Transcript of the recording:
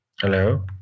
Hello